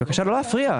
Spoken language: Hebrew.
בבקשה, לא להפריע.